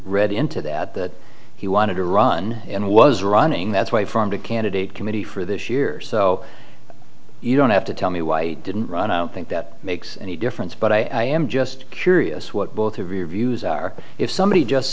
read into that that he wanted to run and was running that's why formed a candidate committee for this year so you don't have to tell me why i didn't think that makes any difference but i am just curious what both of your views are if somebody just